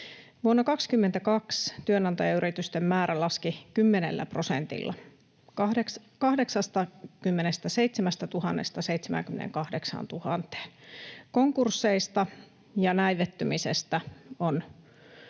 Vuonna 22 työnantajayritysten määrä laski 10 prosentilla 87 000:sta 78 000:aan. Konkursseista ja näivettymisestä on